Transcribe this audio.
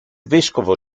vescovo